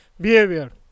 behavior